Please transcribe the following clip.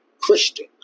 Christian